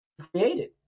created